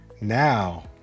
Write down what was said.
Now